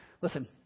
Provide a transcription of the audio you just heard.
Listen